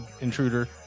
intruder